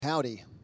Howdy